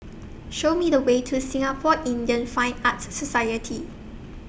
Show Me The Way to Singapore Indian Fine Arts Society